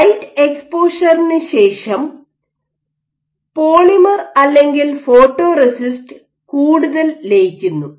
light എക്സ്പോഷറിന് ശേഷം polymer അല്ലെങ്കിൽ ഫോട്ടോറെസിസ്റ്റ് കൂടുതൽ ലയിക്കുന്നു